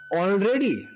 already